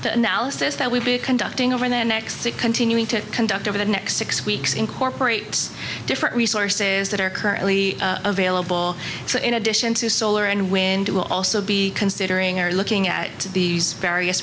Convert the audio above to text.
the analysis that we've been conducting over there next to continuing to conduct over the next six weeks incorporates different resources that are currently available so in addition to solar and wind it will also be considering are looking at these various